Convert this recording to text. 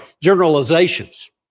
generalizations